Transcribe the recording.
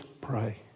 pray